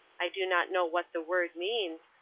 i do not know what the word means,